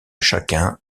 chacun